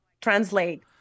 translate